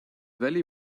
valley